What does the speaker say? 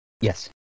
Yes